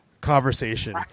conversation